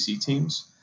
teams